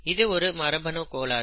இது ஒரு மரபணு கோளாறு